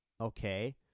okay